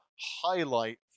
highlight